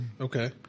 okay